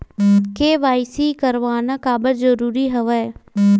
KYC करवाना काबर जरूरी हवय?